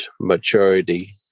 maturity